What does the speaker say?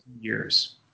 years